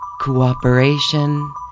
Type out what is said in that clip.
cooperation